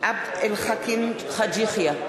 עבד אל חכים חאג' יחיא,